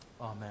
Amen